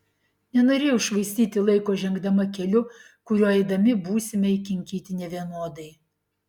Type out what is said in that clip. nenorėjau švaistyti laiko žengdama keliu kuriuo eidami būsime įkinkyti nevienodai